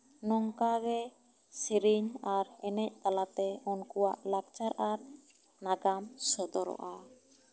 ᱱᱚᱝᱠᱟ ᱜᱮ ᱥᱮᱨᱮᱧ ᱟᱨ ᱮᱱᱮᱡ ᱛᱟᱞᱟᱛᱮ ᱩᱱᱠᱩᱣᱟᱜ ᱞᱟᱠᱪᱟᱨ ᱟᱨ ᱱᱟᱜᱟᱢ ᱥᱚᱫᱚᱨᱚᱜᱼᱟ